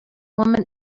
woman